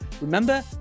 remember